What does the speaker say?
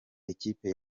ikipe